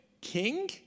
king